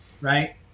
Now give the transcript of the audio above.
right